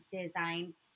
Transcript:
designs